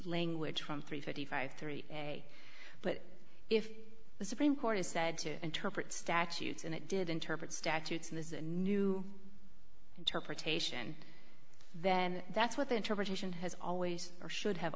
language from three fifty five three a but if the supreme court is said to interpret statutes and it did interpret statutes and this is a new interpretation then that's what the interpretation has always or should have